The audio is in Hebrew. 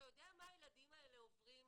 אתה יודע מה הילדים האלה עוברים?